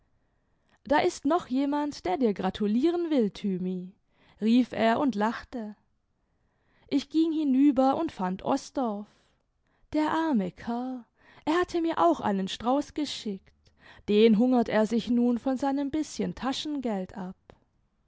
da ist noch jemand der dir gratulieren wul thynu rief er und lachte ich ging hinüber und fand osdorff der arme kerl er hatte mir auch einen strauß geschickt den hungert er sich mm von seinem bißchen taschengeld ab